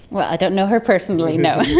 well, i don't know her personally, no.